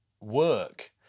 work